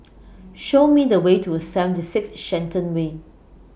Show Me The Way to seventy six Shenton Way